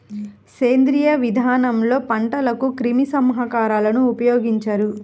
సేంద్రీయ విధానంలో పంటలకు క్రిమి సంహారకాలను ఉపయోగించరు